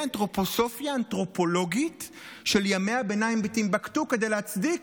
אנתרופוסופיה אנתרופולוגית של ימי הביניים בטימבוקטו" כדי להצדיק